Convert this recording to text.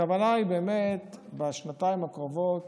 הכוונה היא באמת בשנתיים הקרובות